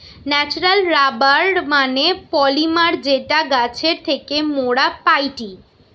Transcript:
natural rubber মানে polymer যেটা গাছের থেকে মোরা পাইটি